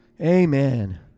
Amen